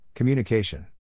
Communication